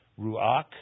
ruach